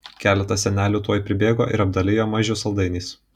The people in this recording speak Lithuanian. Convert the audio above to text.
keletas senelių tuoj pribėgo ir apdalijo mažių saldainiais